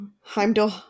Heimdall